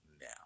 now